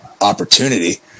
opportunity